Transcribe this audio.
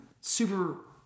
super